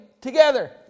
together